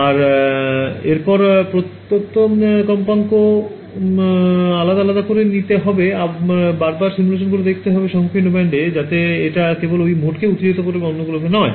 আর এরপর প্রত্যেক্তা কম্পাঙ্ক আলাদা আলাদা করে নিতে হবে আর বারবার সিমুলেশান করে দেখতে হবে সংকীর্ণ ব্যান্ড এ যাতে এটা কেবল ঐ মোডকেই উত্তেজিত করতে পারে অন্যগুলকে না